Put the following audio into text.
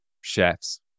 chefs